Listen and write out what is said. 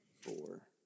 four